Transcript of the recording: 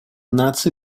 наций